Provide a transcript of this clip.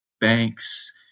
banks